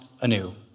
anew